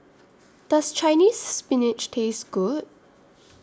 Does Chinese Spinach Taste Good